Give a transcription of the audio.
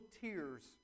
tears